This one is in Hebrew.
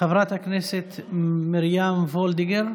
חברת הכנסת מרים וולדיגר.